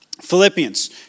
Philippians